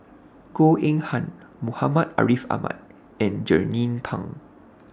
Goh Eng Han Muhammad Ariff Ahmad and Jernnine Pang